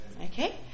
Okay